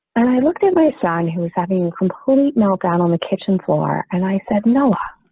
and i looked at my son who was having complete meltdown on the kitchen floor. and i said, no. ah